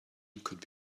could